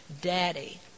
Daddy